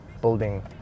building